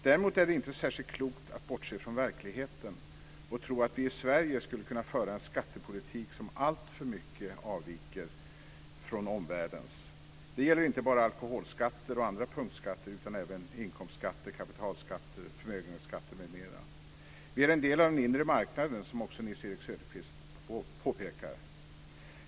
Däremot är det inte särskilt klokt att bortse från verkligheten och tro att vi i Sverige skulle kunna föra en skattepolitik som alltför mycket avviker från omvärldens. Det gäller inte bara alkoholskatter och andra punktskatter utan även inkomstskatter, kapitalskatter, förmögenhetsskatter m.m. Vi är en del av den inre marknaden, som också Nils-Erik Söderqvist påpekar.